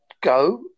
go